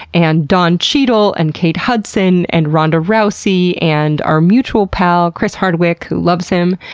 and don cheadle, and kate hudson, and rhonda rousey, and our mutual pal, chris hardwick, who loves him.